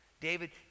David